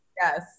Yes